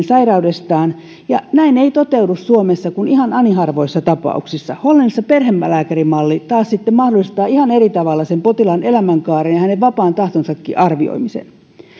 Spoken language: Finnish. sairaudestaan näin ei toteudu suomessa kuin ihan ani harvoissa tapauksissa hollannissa perhelääkärimalli taas sitten mahdollistaa ihan eri tavalla sen potilaan elämänkaaren ja hänen vapaan tahtonsakin arvioimisen